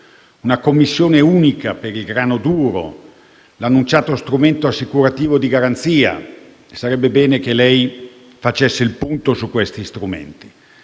una Commissione unica per il grano duro e l'annunciato strumento assicurativo di garanzia: sarebbe bene che lei facesse il punto su questi strumenti.